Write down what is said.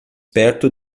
perto